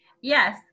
Yes